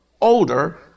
older